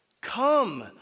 come